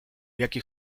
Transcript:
jakie